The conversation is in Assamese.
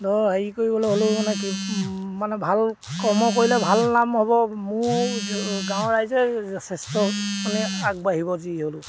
ধৰক হেৰি কৰিবলৈ হ'লেও মানে মানে ভাল কৰ্ম কৰিলে ভাল নাম হ'ব মোৰ গাঁৱৰ ৰাইজে শ্ৰেষ্ঠ মানে আগবাঢ়িব যি হ'লেও